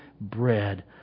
bread